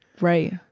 Right